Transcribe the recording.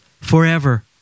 forever